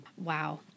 Wow